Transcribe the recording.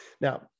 Now